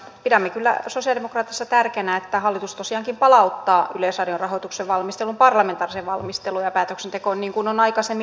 pidämme kyllä sosialidemokraateissa tärkeänä että hallitus tosiaankin palauttaa yleisradion rahoituksen valmistelun parlamentaariseen valmisteluun ja päätöksentekoon niin kuin on aikaisemmin linjattu